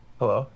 hello